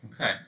Okay